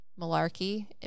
malarkey